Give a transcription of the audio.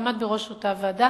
הוא עמד בראש אותה ועדה